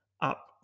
up